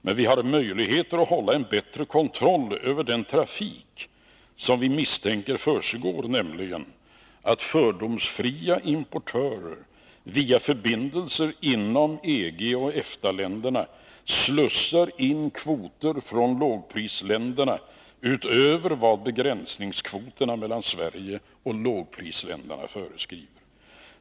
Men vi har möjlighet att upprätthålla en bättre kontroll över den trafik som vi misstänker försiggår, nämligen fördomsfria importörer som via förbindelser inom EG och EFTA-länderna slussar in kvoter från lågprisländerna utöver vad begränsningskvoterna mellan Sverige och dessa länder föreskriver.